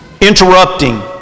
interrupting